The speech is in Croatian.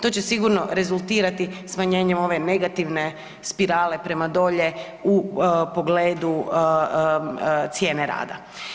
To će sigurno rezultirati smanjenju ove negativne spirale prema dolje u pogledu cijene rada.